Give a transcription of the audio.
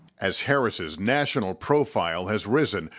as harris's national profile has risen,